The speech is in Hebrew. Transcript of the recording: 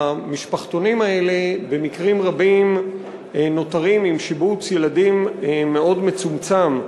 המשפחתונים האלה במקרים רבים נותרים עם שיבוץ ילדים מאוד מצומצם,